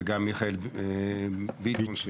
וגם לחבר הכנסת ביטון,